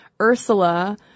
Ursula